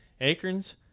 acorns